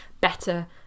better